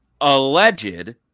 alleged